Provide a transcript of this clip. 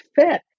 fit